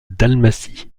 dalmatie